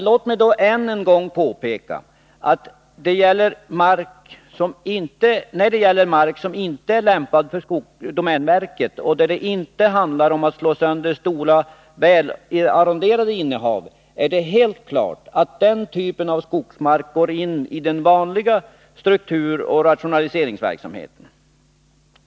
Låt mig än en gång påpeka, att då det gäller mark som inte är lämpad för domänverket och då det inte handlar om att slå sönder större välarronderade innehav, är det helt klart att den typen av skogsmark går in i den vanliga strukturoch rationaliseringsverksamheten.